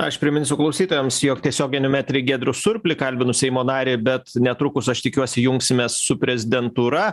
aš priminsiu klausytojams jog tiesioginiame etery giedrių surplį kalbinu seimo narį bet netrukus aš tikiuosi jungsimės su prezidentūra